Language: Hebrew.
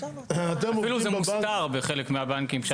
אפילו זה מוסתר בחלק מהבנקים.